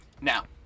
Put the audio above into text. Now